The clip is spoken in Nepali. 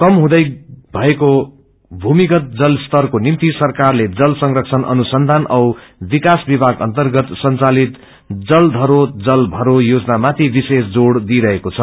कम हुँदै गएको भमिगत जलस्तरको निम्ति सरकारले जल संरक्षण अनुसंधान औ विकास विभाग अन्तगत संवालित जल घरो जल भरो योजनामाथि विश्रेष जोड़ दिइरहेको छ